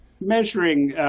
measuring